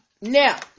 now